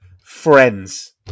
Friends